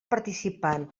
participant